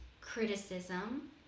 criticism